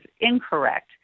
incorrect